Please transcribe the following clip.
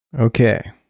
Okay